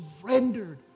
surrendered